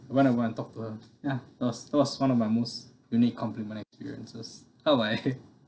want to go and talk to her ya that was that was one of my most unique complement experiences how about you